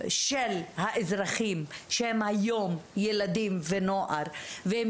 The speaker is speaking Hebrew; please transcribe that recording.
של האזרחים שהם היום ילדים ונוער והם